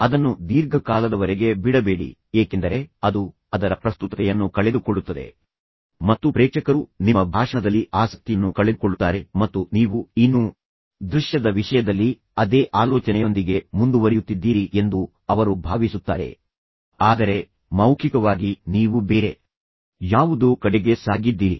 ಅದನ್ನು ದೀರ್ಘಕಾಲದವರೆಗೆ ಬಿಡಬೇಡಿ ಏಕೆಂದರೆ ಅದು ಅದರ ಪ್ರಸ್ತುತತೆಯನ್ನು ಕಳೆದುಕೊಳ್ಳುತ್ತದೆ ಮತ್ತು ಪ್ರೇಕ್ಷಕರು ನಿಮ್ಮ ಭಾಷಣದಲ್ಲಿ ಆಸಕ್ತಿಯನ್ನು ಕಳೆದುಕೊಳ್ಳುತ್ತಾರೆ ಏಕೆಂದರೆ ಅವರು ಕೇವಲ ದೃಶ್ಯವನ್ನು ನೋಡುತ್ತಾರೆ ಮತ್ತು ನೀವು ಇನ್ನೂ ದೃಶ್ಯದ ವಿಷಯದಲ್ಲಿ ಅದೇ ಆಲೋಚನೆಯೊಂದಿಗೆ ಮುಂದುವರಿಯುತ್ತಿದ್ದೀರಿ ಎಂದು ಅವರು ಭಾವಿಸುತ್ತಾರೆ ಆದರೆ ಮೌಖಿಕವಾಗಿ ನೀವು ಬೇರೆ ಯಾವುದೋ ಕಡೆಗೆ ಸಾಗಿದ್ದೀರಿ